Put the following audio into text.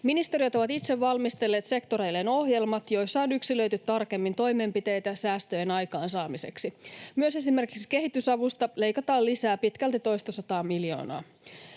Ministeriöt ovat itse valmistelleet sektoreilleen ohjelmat, joissa on yksilöity tarkemmin toimenpiteitä säästöjen aikaansaamiseksi. Myös esimerkiksi kehitysavusta leikataan lisää pitkälti toistasataa miljoonaa.